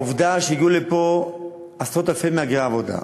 העובדה היא שהגיעו לפה עשרות אלפי מהגרי עבודה.